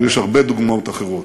אבל יש הרבה דוגמאות אחרות.